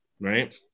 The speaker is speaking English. right